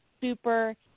super